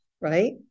right